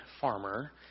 Farmer